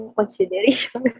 consideration